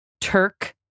Turk